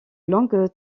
longue